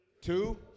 Two